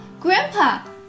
Grandpa